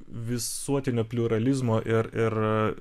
visuotinio pliuralizmo ir ir